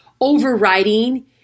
overriding